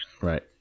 Right